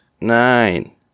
Nine